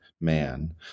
man